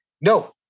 No